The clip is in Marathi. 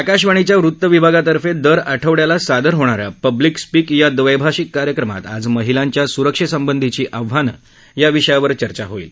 आकाशवाणी वृत्तविभागातर्फे दर आठवड्याला सादर होणा या पब्लिक स्पिक या द्वत्ताषिक कार्यक्रमात आज महिलांच्या सुरक्षस्तिधीची आव्हानं या विषयावर चर्चा होईल